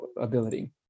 ability